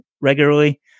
regularly